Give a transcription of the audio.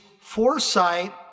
foresight